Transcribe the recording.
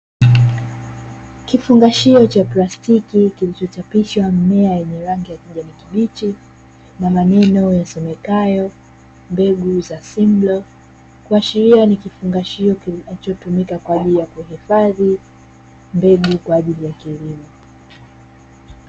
Kifungashio cha plastiki Kilichochapishwa mimea ya kijani kibichi, na maneno yasomekayo MBEGU ZA SIMLO , kuashiria ni kifungashio kinachotumika kuhifadhi mbegu kwa ajili ya kilimo.